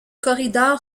corridor